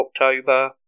October